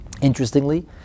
Interestingly